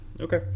okay